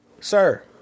sir